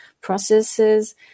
processes